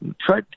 try